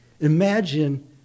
imagine